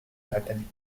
latin